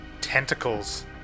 tentacles